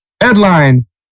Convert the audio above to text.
Headlines